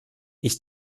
ich